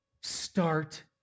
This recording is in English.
Start